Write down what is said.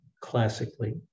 classically